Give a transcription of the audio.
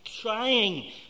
Trying